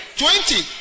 twenty